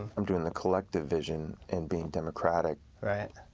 i'm doing the collective vision, and being democratic. right.